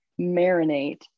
marinate